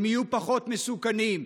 הם יהיו פחות מסוכנים.